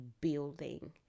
building